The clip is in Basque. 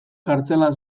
kartzelan